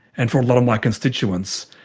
and for a lot of my constituents,